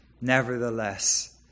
nevertheless